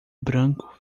branco